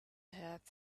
had